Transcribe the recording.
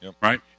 Right